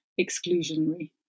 exclusionary